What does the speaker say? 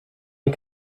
les